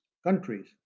countries